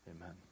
Amen